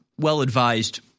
well-advised